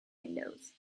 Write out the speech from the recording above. windows